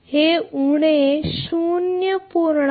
हे उणे 0